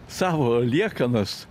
savo liekanas